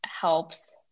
helps